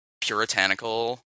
puritanical